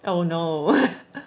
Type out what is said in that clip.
oh no